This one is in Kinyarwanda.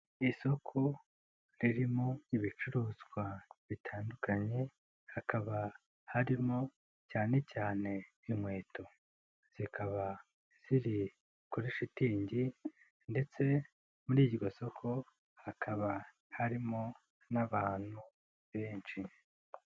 Isoko ririmo ibicuruzwa bitandukanye hakaba harimo cyane cyane inkweto, zikaba ziri kuri shitingi ndetse muri iryo soko hakaba harimo n'abantu benshi.